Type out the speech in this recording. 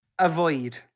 Avoid